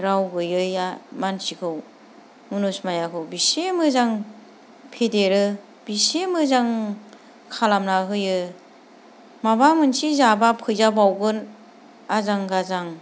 राव गोयैया मानसिखौ मुनुस मायाखौ बेसे मोजां फेदेरो बेसे मोजां खालामना होयो माबा मानसे जाब्ला फैजाबावगोन आजां गाजां